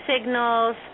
signals